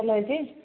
ଭଲ ହୋଇଛି